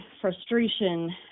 frustration